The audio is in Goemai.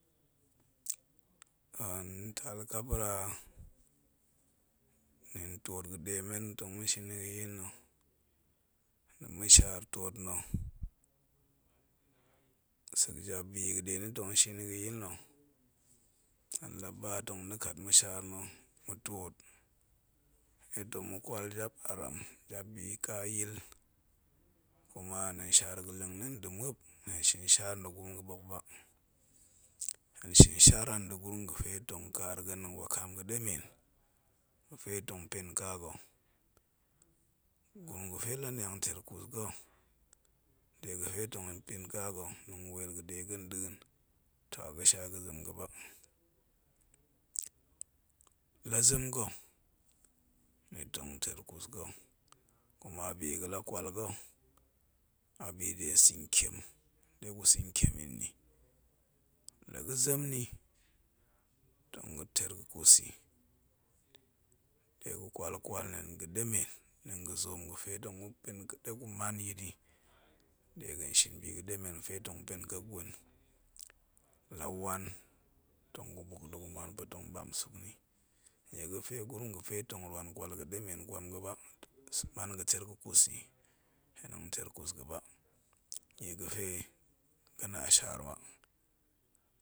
A mtal kapa̱ra, nɗaan twoot ga̱ɗen men tong mashin yi ga̱yil nna̱ nda̱ mashaar twoot na, kek jabbi ga̱ɗe na̱ tong shina yi gayil nna̱ hen la ba tong da̱ kat ma̱shaar na̱, ma̱twoot ɗo tong makwal jap aram jabbi yi kayil, kuma nɗaan bhaar ga̱leng na̱ nda̱ muop, hen shin shaar nda̱ gurum ga̱ɗok ba, tien shin shaar a nda̱ gurum ga̱fe tong kaar ga̱ nɗa̱a̱n wakaam ga̱ ɗemen, ga̱fe tong pen ka ga, gurum ga̱fe laninang teer kus ga̱ de ga̱fe tong pen ka ga̱ nɗa̱a̱n weel ga̱ɗe ga̱ nɗa̱a̱n, toh a ga̱sha ga̱zem ga̱ba, lazem ga̱ ni tong teer kus ga̱, kuma biga̱ la kwal ga̱, abi de sa̱ntien, ɗe ga santien yi nni la ga̱zem, ni tong ga̱teer gakus ni ɗe ga̱ kwal kwal nɗa̱a̱n ga̱demen nɗa̱a̱n gazoom cafe tans gupen ɗe gu man yit yi dega̱n shon bi ga̱ɗemen ga̱fe tong pen kek gwen lawan, tong gu 3uk da̱gu man pa̱tong ɗam suk nni, nnie ga̱fe gurum ga̱fe tong rwan kwal ga̱ɗemen nkwam ga̱ ba, man ga̱ teer ga̱kus ni, hen hong teer kus ga̱ba, nnie ga̱fe ga̱na̱ a shaar ba